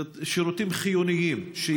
אלה שירותים חיוניים,